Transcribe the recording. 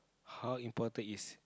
how important is